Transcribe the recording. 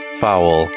foul